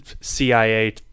CIA